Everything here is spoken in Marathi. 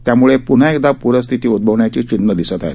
यामुळे पुन्हा एकदा प्रस्थिती उदभवण्याची चिन्ह दिसत आहेत